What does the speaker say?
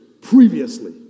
previously